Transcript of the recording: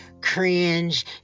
cringe